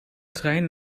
trein